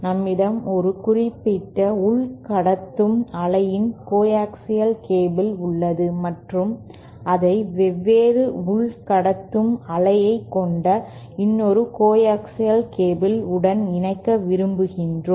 நம்மிடம் ஒரு குறிப்பிட்ட உள் கடத்தும் அலையின் கோஆக்சியல் கேபிள் உள்ளது மற்றும் அதை வெவ்வேறு உள் கடத்தும் அலையை கொண்ட இன்னொரு கோஆக்சியல் கேபிள் உடன் இணைக்க விரும்புகிறோம்